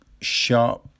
sharp